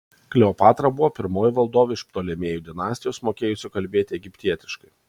kleopatra buvo pirmoji valdovė iš ptolemėjų dinastijos mokėjusi kalbėti egiptietiškai